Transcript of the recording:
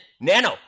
Nano